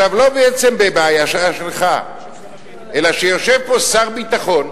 עכשיו, לא בעצם בעיה שלך, אלא שיושב פה שר ביטחון,